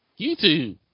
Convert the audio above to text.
YouTube